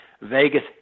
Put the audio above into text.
Vegas